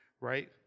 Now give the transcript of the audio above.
right